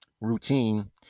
routine